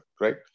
right